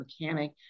mechanic